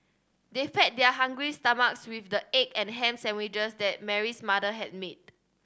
they fed their hungry stomachs with the egg and ham sandwiches that Mary's mother had made